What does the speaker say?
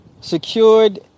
Secured